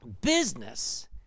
business